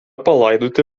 palaidoti